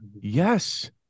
yes